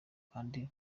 kandi